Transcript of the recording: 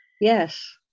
Yes